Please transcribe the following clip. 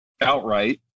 outright